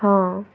অঁ